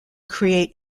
create